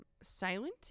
silent